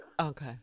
Okay